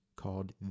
called